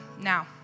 now